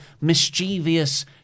mischievous